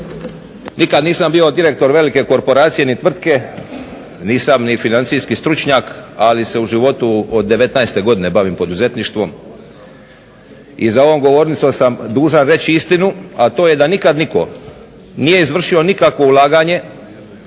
Nikad nisam bio direktor velike korporacije ni tvrtke, nisam ni financijski stručnjak, ali se u životu od 19 godine bavim poduzetništvom i za ovom govornicom sam dužan reći istinu, a to je da nikad nitko nije izvršio nikakvo ulaganje